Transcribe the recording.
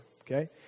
okay